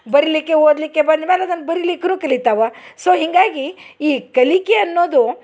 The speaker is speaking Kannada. ಬರಿಲಿಕ್ಕೆ ಓದಲಿಕ್ಕೆ ಬಂದ್ಮ್ಯಾಲೆ ಅದನ್ನ ಬರೆಲಿಕ್ರು ಕಲಿತಾವ ಸೊ ಹಿಂಗಾಗಿ ಈ ಕಲಿಕೆ ಅನ್ನೋದು